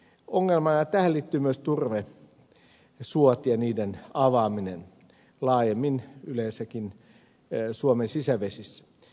tähän liittyvät myös turvesuot ja niiden avaaminen laajemmin yleensäkin suomen sisävesissä